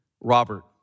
Robert